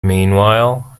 meanwhile